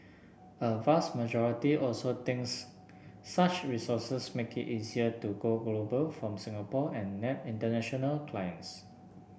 a vast majority also thinks such resources make it easier to go global from Singapore and nab international clients